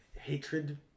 hatred